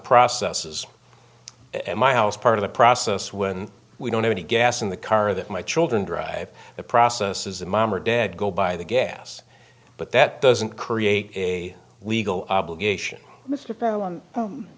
processes at my house part of the process when we don't have any gas in the car that my children drive the process as a mom or dad go by the gas but that doesn't create a legal obligation mr